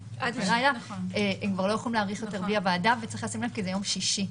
הם כבר לא יוכלו להאריך יותר בלי הוועדה וצריך לשים לב כי זה יום שישי.